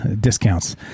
Discounts